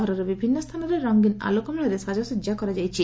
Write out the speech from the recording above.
ସହରର ବିଭିନ୍ନ ସ୍ଚାନରେ ରଙ୍ଙୀନ ଆଲୋକମାଳାରେ ସାଜସଜା କରାଯାଇଛି